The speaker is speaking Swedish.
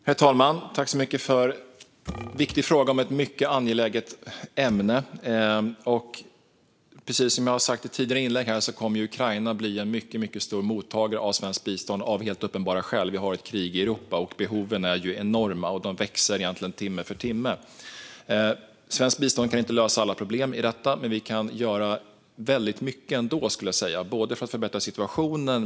Herr talman! Jag tackar ledamoten för en viktig fråga om ett mycket angeläget ämne. Precis som jag har sagt tidigare kommer Ukraina, av helt uppenbara skäl, att bli en mycket stor mottagare av svenskt bistånd. Vi har ett krig i Europa. Behoven är enorma och växer egentligen timme för timme. Svenskt bistånd kan inte lösa alla problem i detta, men vi kan ändå göra väldigt mycket för att förbättra situationen.